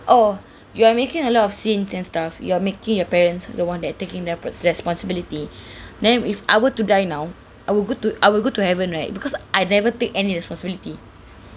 oh you are making a lot of sins and stuff you are making your parents the one that taking their res~ responsibility then if I were to die now I will go to I will go to heaven right because I never take any responsibility